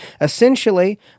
Essentially